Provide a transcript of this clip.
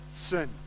sin